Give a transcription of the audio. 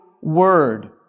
word